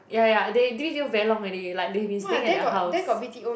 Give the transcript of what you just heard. ya ya they b_t_o very long already like they have been staying at that house